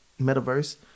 metaverse